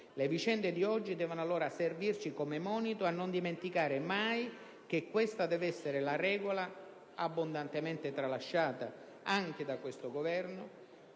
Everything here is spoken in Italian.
Le vicende di oggi devono allora servirci come monito a non dimenticare mai che questa deve essere la regola - abbondantemente tralasciata anche da questo Governo